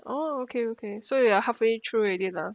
oh okay okay so you are halfway through already lah